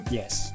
yes